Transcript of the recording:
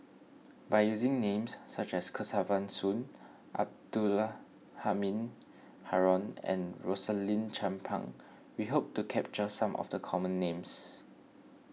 by using names such as Kesavan Soon Abdula Halim Haron and Rosaline Chan Pang we hope to capture some of the common names